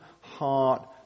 heart